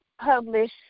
publish